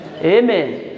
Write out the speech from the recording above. Amen